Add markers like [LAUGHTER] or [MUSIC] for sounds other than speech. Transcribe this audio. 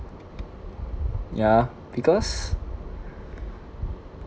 yeah because [NOISE]